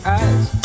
eyes